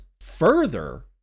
further